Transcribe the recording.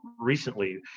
recently